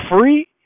free